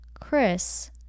Chris